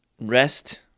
rest